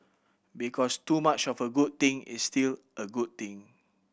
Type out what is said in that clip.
because too much of a good thing is still a good thing